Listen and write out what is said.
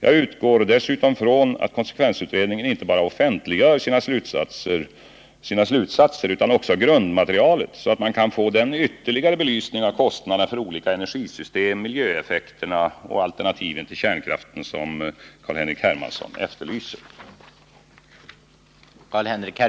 Jag utgår dessutom från att konsekvensutredningen offentliggör inte bara sina slutsatser utan också Om en allsidig belysning av de frågor som behandlas i reaktorsäkerhetsutredningen och konsekvensutredningen grundmaterialet, så att man kan få den ytterligare belysning av kostnaderna för olika energisystem, miljöeffekterna och alternativen till kärnkraften som C.-H. Hermansson efterlyser.